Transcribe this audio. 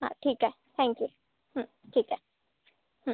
हा ठीक आहे थँक्यू ठीक आहे